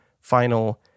final